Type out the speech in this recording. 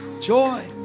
joy